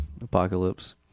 apocalypse